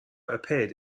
appeared